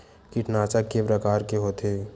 कीटनाशक के प्रकार के होथे?